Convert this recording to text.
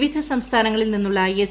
വിവിധ സംസ്ഥാനങ്ങളിൽ നിന്നുള്ള എസ്